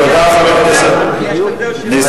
תודה, חבר הכנסת נסים זאב.